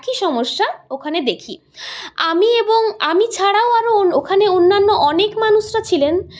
একই সমস্যা ওখানে দেখি আমি এবং আমি ছাড়াও আরও ওখানে অন্যান্য অনেক মানুষরা ছিলেন